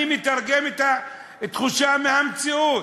אני מתרגם את התחושה מהמציאות,